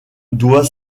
doit